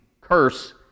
curse